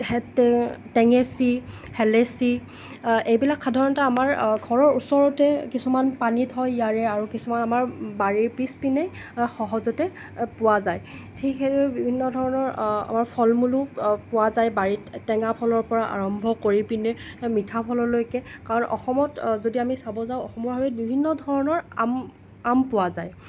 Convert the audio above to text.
টেঙেচি হেলেচি এইবিলাক সাধাৰণতে আমাৰ ঘৰৰ ওচৰতে কিছুমান পানীত হয় ইয়াৰে আৰু কিছুমান আমাৰ বাৰীৰ পিছপিনে সহজতে পোৱা যায় ঠিক সেইদৰে বিভিন্ন ধৰণৰ আমাৰ ফলমূলো পোৱা যায় বাৰীত টেঙা ফলৰ পৰা আৰম্ভ কৰি পিনে মিঠা ফললৈকে কাৰণ অসমত যদি আমি চাব যাওঁ অসমৰ হাবিত বিভিন্ন ধৰণৰ আম আম পোৱা যায়